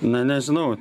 na nežinau